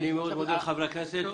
אני מאוד מודה לחברי הכנסת.